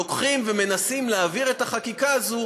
לוקחים ומנסים להעביר את החקיקה הזאת